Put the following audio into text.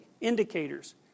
indicators